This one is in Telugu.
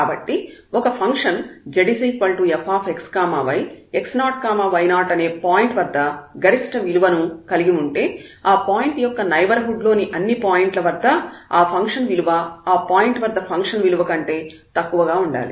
కాబట్టి ఒక function zfx y x0 y0 అనే పాయింట్ వద్ద గరిష్ట విలువను కలిగి ఉంటే ఆ పాయింట్ యొక్క నైబర్హుడ్ లోని అన్ని పాయింట్ల వద్ద ఆ ఫంక్షన్ విలువ ఆ పాయింట్ వద్ద ఫంక్షన్ విలువ కంటే తక్కువగా ఉండాలి